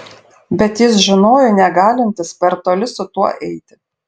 bet jis žinojo negalintis per toli su tuo eiti